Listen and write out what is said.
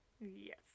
Yes